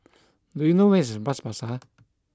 do you know where is Bras Basah